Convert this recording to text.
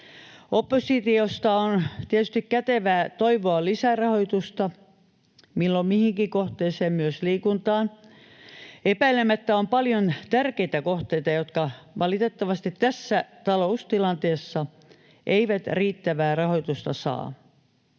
Oppositiosta on tietysti kätevää toivoa lisärahoitusta milloin mihinkin kohteeseen, myös liikuntaan. Epäilemättä on paljon tärkeitä kohteita, jotka valitettavasti tässä taloustilanteessa eivät riittävää rahoitusta saa.